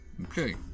Okay